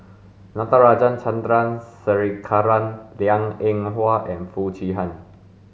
Natarajan Chandrasekaran Liang Eng Hwa and Foo Chee Han